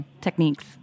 techniques